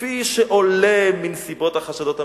כפי שעולה מנסיבות החשדות המיוחסים.